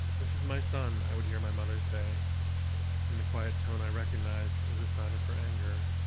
this is my son i would hear my mother say in the quiet tone i recognized as a sign of her anger.